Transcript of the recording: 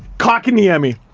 kotkaniemi.